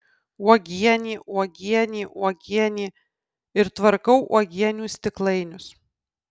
uogienė uogienė uogienė ir tvarkau uogienių stiklainius